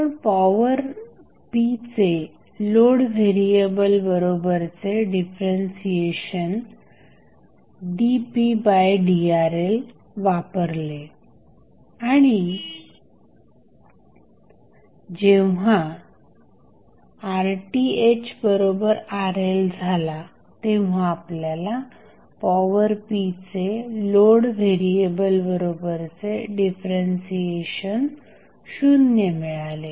आपण power p चे load variable बरोबरचे डिफरन्सीएशन dpdRLवापरले आणि जेव्हा RThRL झाला तेव्हा आपल्याला पॉवर p चे लोड व्हेरिएबल बरोबरचे डिफरन्सीएशन शून्य मिळाले